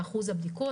ובאחוז הבדיקות.